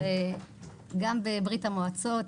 בברית המועצות,